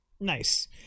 Nice